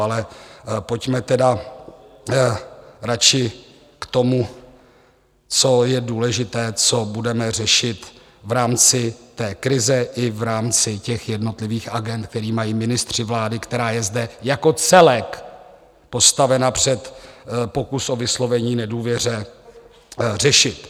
Ale pojďme tedy radši k tomu, co je důležité, co budeme v rámci té krize i v rámci těch jednotlivých agend, které mají ministři vlády, která je zde jako celek postavena před pokus o vyslovení nedůvěry, řešit.